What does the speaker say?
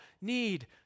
need